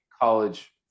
college